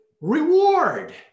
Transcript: reward